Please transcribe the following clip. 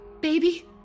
Baby